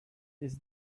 its